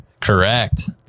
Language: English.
Correct